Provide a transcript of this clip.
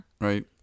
Right